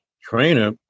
trainer